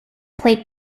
played